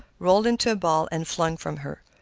rolled into a ball, and flung from her.